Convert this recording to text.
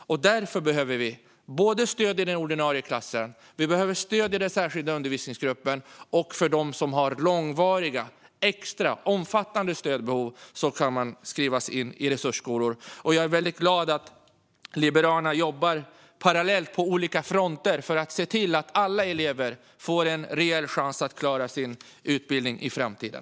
Därför behöver vi både stöd i den ordinarie klassen och stöd i den särskilda undervisningsgruppen. De som har långvariga och extra omfattande stödbehov kan skrivas in i resursskolor. Jag är väldigt glad att Liberalerna jobbar parallellt på olika fronter för att se till att alla elever får reell chans att klara sin utbildning i framtiden.